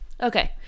Okay